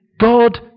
God